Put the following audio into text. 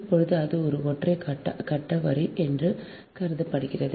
இப்போது அது ஒரு ஒற்றை கட்ட வரி என்று கருதுகிறது